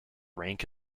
rank